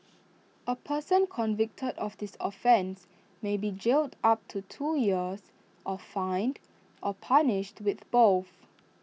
A person convicted of this offence may be jailed up to two years or fined or punished with both